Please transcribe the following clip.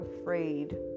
afraid